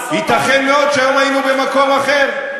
ייתכן מאוד שהיום היינו במקום אחר.